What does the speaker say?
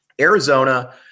Arizona